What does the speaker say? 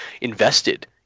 invested